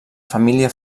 família